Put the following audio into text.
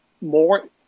more